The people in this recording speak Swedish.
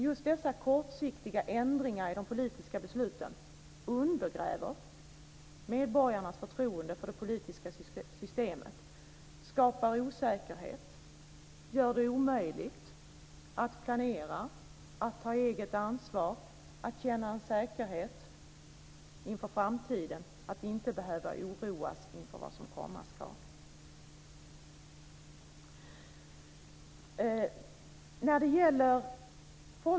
Just dessa kortsiktiga ändringar i de politiska besluten undergräver nämligen medborgarnas förtroende för det politiska systemet, skapar osäkerhet och gör det omöjligt att planera och ta eget ansvar och känna en säkerhet inför framtiden. Man ska inte behöva oroas inför vad som komma ska.